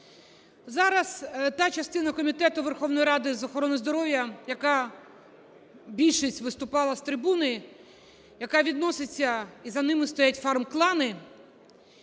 Зараз та частина Комітету Верховної Ради з охорони здоров'я, яка більшість виступала з трибуни, яка відноситься і за ними стоять фармклани,